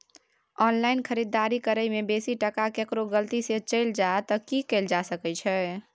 Online खरीददारी करै में बेसी टका केकरो गलती से चलि जा त की कैल जा सकै छै?